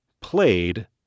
played